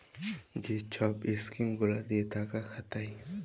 যে ছব ইস্কিম গুলা দিঁয়ে টাকা খাটায়